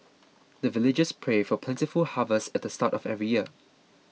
the villagers pray for plentiful harvest at the start of every year